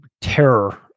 terror